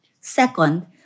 Second